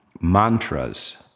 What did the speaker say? mantras